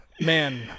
man